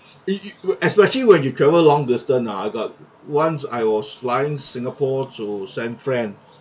it if yo~ especially when you travel long distance uh I got once I was flying singapore to san fran